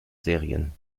serien